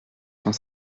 cent